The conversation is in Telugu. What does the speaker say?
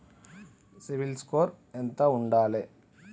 సిబిల్ స్కోరు ఎంత ఉండాలే?